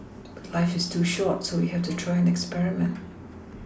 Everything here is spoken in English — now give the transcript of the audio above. but life is too short so we have to try and experiment